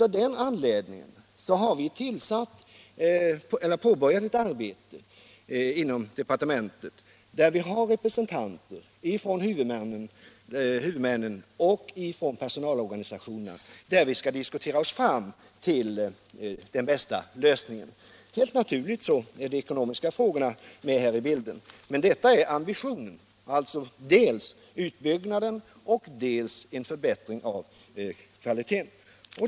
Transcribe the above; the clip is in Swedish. Av den anledningen har vi påbörjat ett arbete inom departementet, där vi med representanter för huvudmännen och personalorganisationerna skall diskutera oss fram till den bästa lösningen. Helt naturligt är de ekonomiska frågorna med i bilden. Men ambitionen är alltså dels utbyggnad, dels förbättring av kvaliteten.